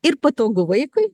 ir patogu vaikui